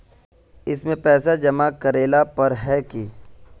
इसमें पैसा जमा करेला पर है की?